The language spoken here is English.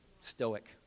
stoic